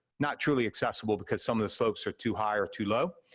not truly accessible because some of the slopes are too high or too low.